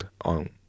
on